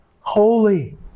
Holy